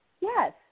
Yes